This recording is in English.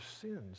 sins